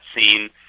scene